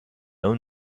own